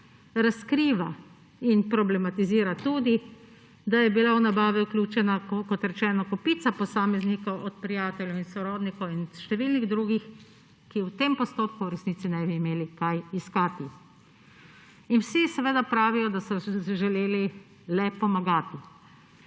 razkriva in problematizira tudi, da je bila v nabavo vključena, kot rečeno, kopica posameznikov, od prijateljev in sorodnikov do številnih drugih, ki v tem postopku v resnici niso imeli kaj iskati. In seveda vsi pravijo, da so želeli le pomagati.